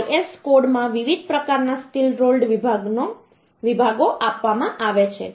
IS code માં વિવિધ પ્રકારના સ્ટીલ રોલ્ડ વિભાગો આપવામાં આવે છે